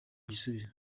igisubizo